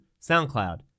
SoundCloud